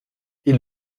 ils